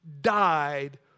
died